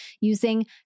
using